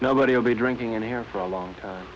nobody will be drinking in here for a long